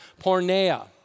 pornea